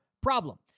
problem